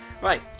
Right